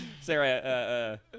Sarah